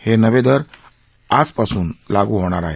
हे नवे दर आजपासून लागू होणार आहेत